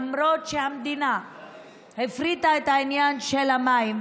למרות שהמדינה הפריטה את העניין של המים,